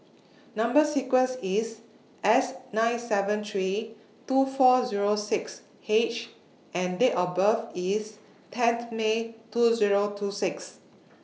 Number sequence IS S nine seven three two four Zero six H and Date of birth IS tenth May two Zero two six